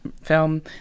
film